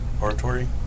Oratory